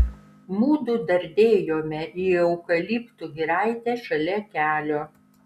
mudu dardėjome į eukaliptų giraitę šalia kelio